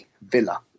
villa